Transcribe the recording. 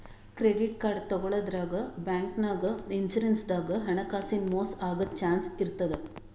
credit card ತಗೋಳಾದ್ರಾಗ್, ಬ್ಯಾಂಕ್ನಾಗ್, insurance ದಾಗ್ ಹಣಕಾಸಿನ್ ಮೋಸ್ ಆಗದ್ ಚಾನ್ಸ್ ಇರ್ತದ್